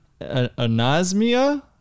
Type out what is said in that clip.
anosmia